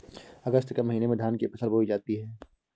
अगस्त के महीने में धान की फसल बोई जाती हैं